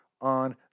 on